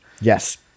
Yes